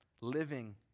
Living